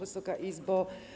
Wysoka Izbo!